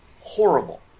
horrible